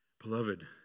beloved